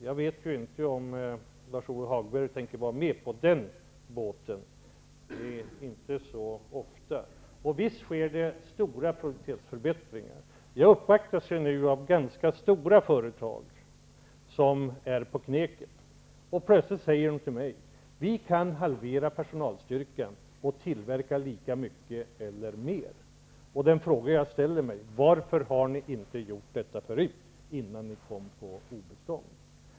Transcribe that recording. Jag vet inte om Lars-Ove Hagberg därvidlag tänker vara med på båten -- det händer inte så ofta. Visst sker det stora produktivitetsförbättringar. Jag uppvaktas ju nu av ganska stora företag som är på kneken. Och plötsligt säger man till mig: ''Vi kan halvera personalstyrkan och tillverka lika mycket eller mer.'' Den fråga jag då ställer är: Varför har ni inte gjort detta förut, innan ni kom på obestånd?